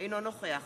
אינו נוכח